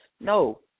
No